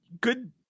good